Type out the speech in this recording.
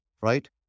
right